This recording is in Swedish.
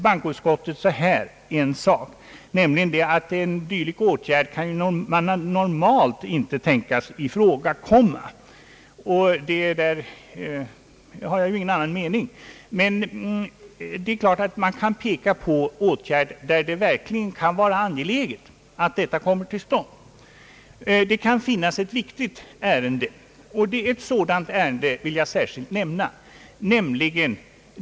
Bankoutskottet säger att en dylik åtgärd normalt inte kan ifrågakomma. Därvidlag har jag ingen annan mening. Men man kan peka på fall, där det verkligen kan vara angeläget, att en sådan kontakt kommer till stånd. Det kan finnas viktiga ärenden, och ett sådant ärende vill jag särskilt nämna.